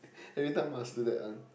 everytime must do that one